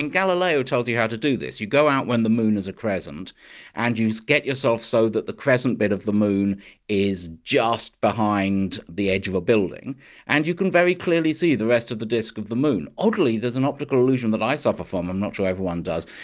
and galileo tells you how to do this, you go out when the moon is a crescent and you so get yourself so that the crescent bit of the moon is just behind the edge of a building and you can very clearly see the rest of the disc of the moon. oddly there's an optical illusion that i suffer from, i'm not sure everyone does.